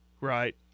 Right